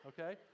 Okay